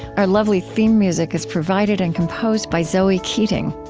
our lovely theme music is provided and composed by zoe keating.